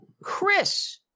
Chris